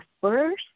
first